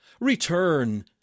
return